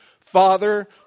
Father